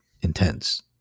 intense